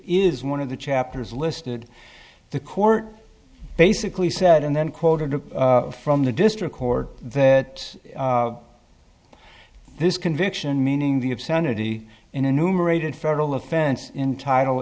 is one of the chapters listed the court basically said and then quoted from the district court that this conviction meaning the of sanity in a numerated federal offense in title